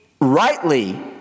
rightly